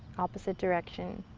opposite direction.